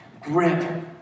Grip